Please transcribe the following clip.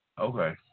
Okay